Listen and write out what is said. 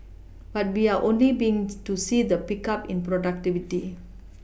but we are only being to see the pickup in productivity